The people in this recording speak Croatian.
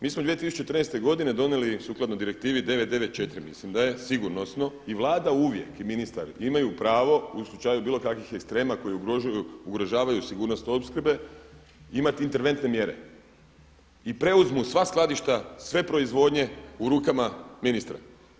Mi smo 2014. godine donijeli sukladno Direktivi 994 mislim da je sigurnosno i Vlada uvijek i ministar imaju pravo u slučaju bilo kakvih ekstrema koji ugrožavaju sigurnost opskrbe imati interventne mjere i preuzmu sva skladišta, sve proizvodnje u rukama ministra.